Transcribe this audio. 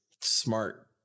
Smart